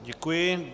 Děkuji.